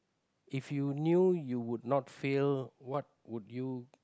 if you knew you would not fail what would you